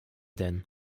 denn